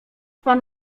pan